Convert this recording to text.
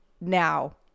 now